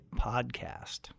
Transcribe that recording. podcast